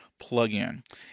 plugin